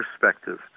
perspective